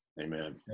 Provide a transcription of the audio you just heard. Amen